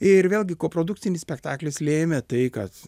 ir vėlgi koprodukcinis spektaklis lėmė tai kad